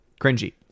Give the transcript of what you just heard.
cringy